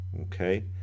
okay